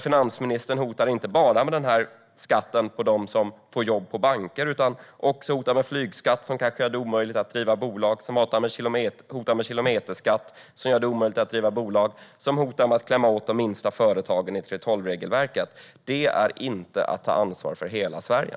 Finansministern hotar inte bara med skatten på dem som får jobb på banker utan också med flygskatt som kanske gör det omöjligt att driva bolag. Hon hotar med kilometerskatt som gör det omöjligt att driva bolag. Hon hotar med att klämma åt de minsta företagen i 3:12-regelverket. Det är inte att ta ansvar för hela Sverige.